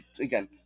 again